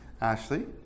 Ashley